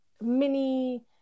mini